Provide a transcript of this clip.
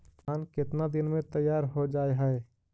धान केतना दिन में तैयार हो जाय है?